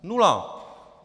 Nula.